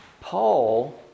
Paul